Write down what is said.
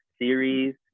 series